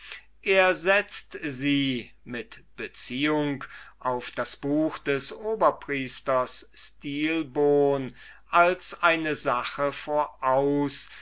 er setzt sie mit beziehung auf das buch des oberpriesters stilbon von den altertümern des latonentempels als eine sache voraus